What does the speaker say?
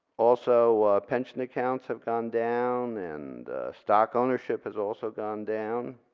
also pension accounts have gone down, and stock ownership has also gone down.